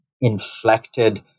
inflected